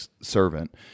servant